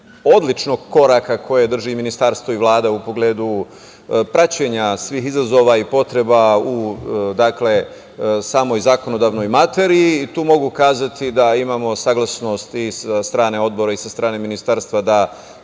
odličnog koraka koje drži Ministarstvo i Vlada u pogledu praćenja svih izazova i potreba u samoj zakonodavnoj materiji, mogu kazati da tu imamo saglasnost od strane Odbora i Ministarstva da